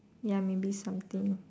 ya maybe something